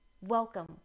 welcome